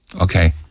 Okay